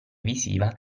visiva